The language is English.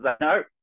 No